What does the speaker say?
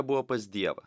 buvo pas dievą